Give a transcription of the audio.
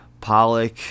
Pollock